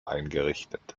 eingerichtet